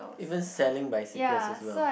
even selling bicycles as well